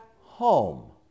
home